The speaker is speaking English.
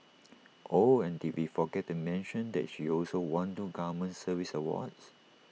oh and did we forget to mention that she also won two government service awards